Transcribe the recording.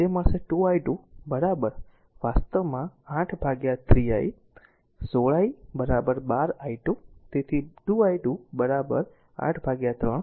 તે મળશે 2 i2 વાસ્તવમાં 8 3 i 16 i 12 i2 so 2 i2 8 3 i